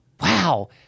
Wow